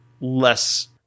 less